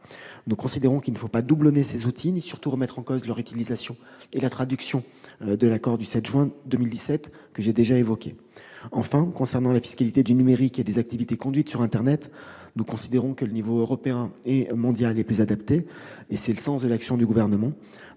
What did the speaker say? Nous considérons qu'il ne faut pas doublonner ces outils ni, surtout, remettre en cause leur utilisation et la traduction de l'accord du 7 juin 2017. Enfin, concernant la fiscalité du numérique et des activités conduites sur internet, nous considérons que les niveaux européen et mondial sont plus adaptés. C'est à ces échelons qu'agit le Gouvernement.